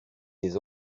des